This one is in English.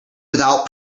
without